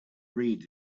read